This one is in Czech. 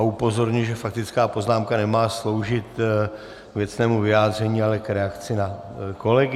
Upozorňuji, že faktická poznámka nemá sloužit k věcnému vyjádření, ale k reakci na kolegy.